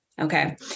Okay